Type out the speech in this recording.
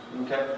okay